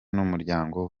n’umuryango